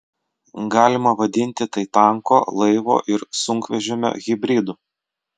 galima vadinti tai tanko laivo ir sunkvežimio hibridu